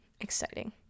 Exciting